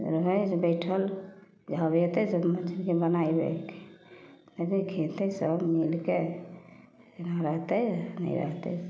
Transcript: रहै हइ जे बैठल जब हेतै मछरीके बनाइबे देबै खेतै सभ मिलके रहतै नहि रहतै